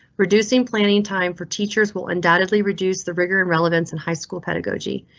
reducing planning time for teachers will undoubtedly reduce the rigor and relevance in high school pedagogy.